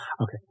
Okay